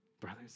Brothers